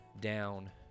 down